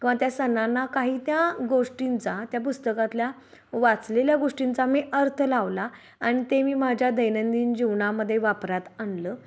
किंवा त्या सणांना काही त्या गोष्टींचा त्या पुस्तकातल्या वाचलेल्या गोष्टींचा मी अर्थ लावला अन ते मी माझ्या दैनंदिन जीवनामध्ये वापरात आणलं